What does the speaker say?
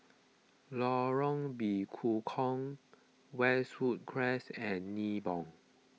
Lorong Bekukong Westwood Crescent and Nibong